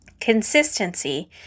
Consistency